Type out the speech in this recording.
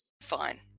Fine